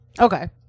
Okay